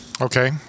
Okay